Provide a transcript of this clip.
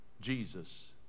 Jesus